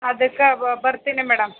ಅದಕ್ಕೆ ಬರ್ತೀನಿ ಮೇಡಮ್